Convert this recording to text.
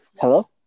Hello